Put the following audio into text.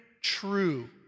true